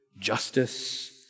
justice